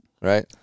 right